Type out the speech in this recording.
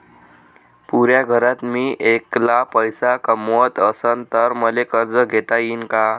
पुऱ्या घरात मी ऐकला पैसे कमवत असन तर मले कर्ज घेता येईन का?